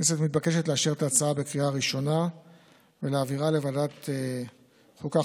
הכנסת מתבקשת לאשר את ההצעה בקריאה ראשונה ולהעבירה לוועדת חוקה,